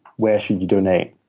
where should you donate?